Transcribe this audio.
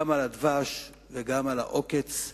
גם על הדבש וגם על העוקץ,